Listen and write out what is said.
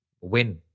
win